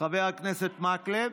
חבר הכנסת מקלב?